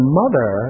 mother